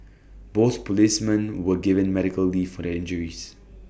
both policemen were given medical leave for their injuries